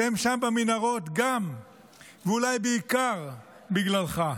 שהם שם במנהרות גם ואולי בעיקר בגללך,